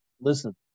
Listen